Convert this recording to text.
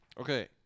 Okay